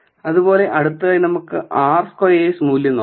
അതുപോലെ അടുത്തതായി നമുക്ക് r സ്ക്വയേർഡ് മൂല്യം നോക്കാം